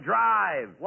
Drive